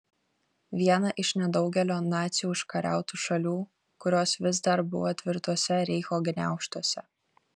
vieną iš nedaugelio nacių užkariautų šalių kurios vis dar buvo tvirtuose reicho gniaužtuose